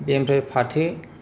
बेनिफ्राय फाथो